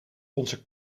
onze